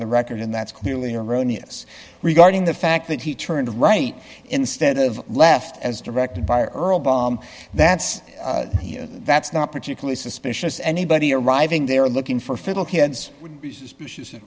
the record and that's clearly erroneous regarding the fact that he turned right instead of left as directed by earle bomb that's that's not particularly suspicious anybody arriving there looking for fiddleheads would be suspicious